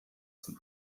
zum